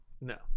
No